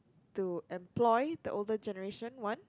to employ the older generation one